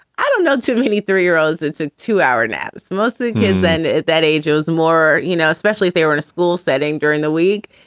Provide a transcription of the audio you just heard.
i don't know too many three year olds. that's a two hour nap. it's mostly kids then that age those more, you know, especially if they were in a school setting during the week.